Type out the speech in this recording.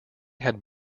had